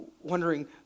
wondering